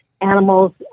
animals